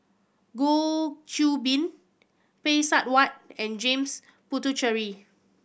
Goh Qiu Bin Phay Seng Whatt and James Puthucheary